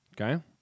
Okay